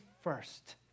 first